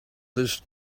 this